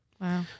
Wow